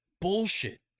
bullshit